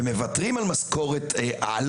ומוותרים על משכורת-על,